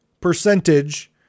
percentage